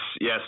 yes